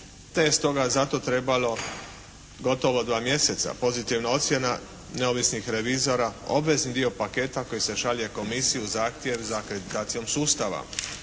je stoga zato trebalo gotovo dva mjeseca pozitivna ocjena neovisnih revizora obvezni dio paketa koji se šalje komisiji uz zahtjev za akreditacijom sustava.